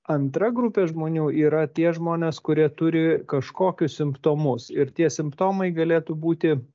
antra grupė žmonių yra tie žmonės kurie turi kažkokius simptomus ir tie simptomai galėtų būti